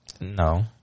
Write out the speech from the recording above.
No